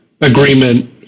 agreement